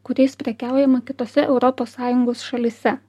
kuriais prekiaujama kitose europos sąjungos šalyse